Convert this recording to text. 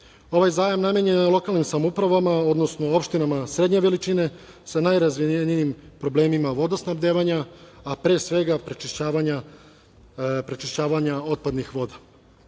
zajam namenjen je lokalnim samoupravama, odnosno opštinama srednje veličine sa najrazvijenijim problemima vodosnabdevanja, a pre svega prečišćavanja otpadnih